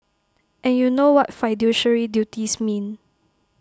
and you know what fiduciary duties mean